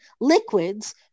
liquids